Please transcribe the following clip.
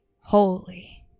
holy